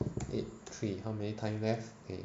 eight three how many time left okay